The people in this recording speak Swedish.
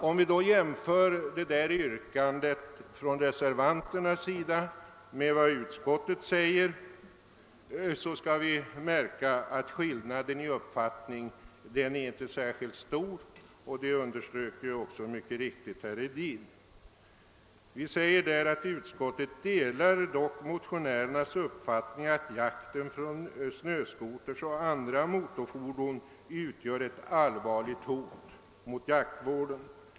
Om vi jämför detta reservanternas yrkande med utskottets skrivning, skall vi emellertid märka att skillnaden i uppfattning inte är särskilt stor, vilket också mycket riktigt underströks av herr Hedin. Utskottsmajoriteten skriver i sitt utlåtande bl.a. följande: »Utskottet delar dock motionärernas uppfattning att jakten från snöscooters och andra motorfordon utgör ett allvarligt hot mot iaktvården.